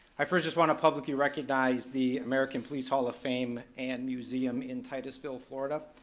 i first just want to publicly recognize the american police hall of fame and museum in titusville, florida.